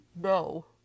no